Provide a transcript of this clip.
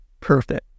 perfect